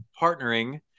partnering